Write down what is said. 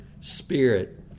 spirit